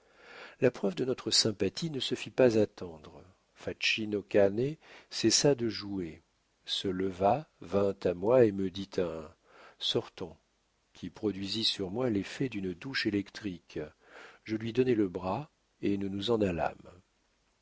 la preuve de notre sympathie ne se fit pas attendre facino cane cessa de jouer se leva vint à moi et me dit un sortons qui produisit sur moi l'effet d'une douche électrique je lui donnai le bras et nous nous en allâmes